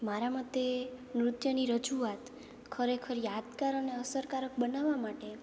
મારા મતે નૃત્યની રજુઆત ખરેખર યાદગાર અને અસરકારક બનાવવા માટે